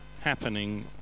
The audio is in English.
happening